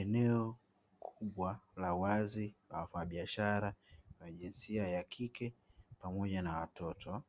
Eneo kubwa la wazi la wafanyabiashara la jinsia ya kike, pamoja na watoto